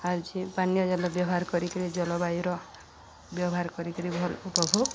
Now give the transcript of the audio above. ଆଉଜି ପାନୀୟ ଜାଲ ବ୍ୟବହାର କରିକିରି ଜଲବାୟୁର ବ୍ୟବହାର କରିକିରି ଭଲ ଉପଭୋଗ